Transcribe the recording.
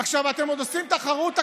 אתם עוד עושים תחרות הקצנה.